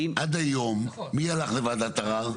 עד היום מי הלך לוועדת ערער?